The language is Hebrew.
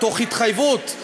תוך התחייבות,